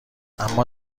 اما